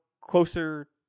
closer